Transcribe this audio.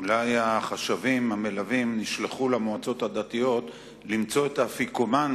אולי החשבים המלווים נשלחו למועצות הדתיות למצוא את האפיקומן,